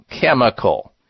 chemical